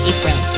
April